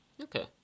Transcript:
Okay